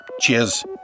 cheers